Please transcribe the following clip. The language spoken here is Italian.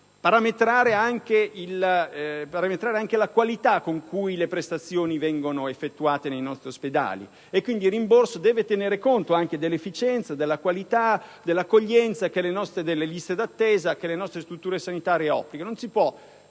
parametrare la qualità con cui le prestazioni vengono effettuate nei nostri ospedali. Quindi, il rimborso deve tenere conto anche dell'efficienza, della qualità, dell'accoglienza, delle liste di attesa che le nostre strutture sanitarie offrono.